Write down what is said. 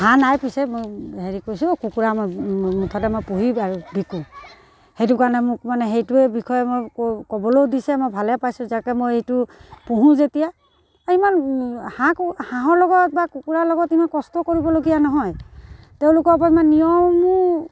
হাঁহ নাই পিছে মই হেৰি কৰিছোঁ কুকুৰা মই মুঠতে মই পুহি বিকোঁ সেইটো কাৰণে মোক মানে সেইটোৱে বিষয়ে মই ক'বলৈও দিছে মই ভালেই পাইছোঁ যাতে মই এইটো পোহোঁ যেতিয়া আৰু ইমান হাঁহ হাঁহৰ লগত বা কুকুৰাৰ লগত ইমান কষ্ট কৰিবলগীয়া নহয় তেওঁলোকৰ ওপৰত ইমান নিয়মো